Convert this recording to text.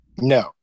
No